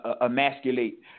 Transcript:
emasculate